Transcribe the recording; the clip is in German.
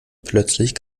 plötzlich